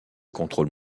contrôle